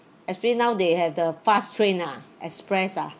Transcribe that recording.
especially now they have the fast train ah express ah